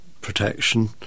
protection